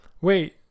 Wait